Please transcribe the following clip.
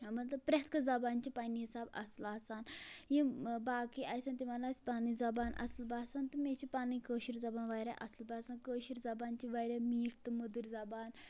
مطلب پرٛٮ۪تھ کانٛہہ زبان چھِ پَننہِ حِساب اَصٕل آسان یِم باقٕے آسن تِمن آسہِ پَنٕنۍ زبان اَصٕل باسان تہٕ مےٚ چھِ پَنٕنۍ کٲشِر زبان واریاہ اَصٕل باسان کٲشِر زبان چھِ واریاہ میٖٹھ تہٕ مٔدٕر زبان